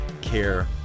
care